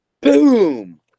boom